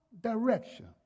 direction